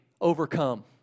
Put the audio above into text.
overcome